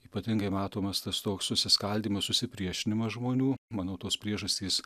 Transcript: ypatingai matomas tas toks susiskaldymas susipriešinimas žmonių manau tos priežastys